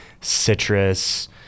citrus